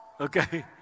Okay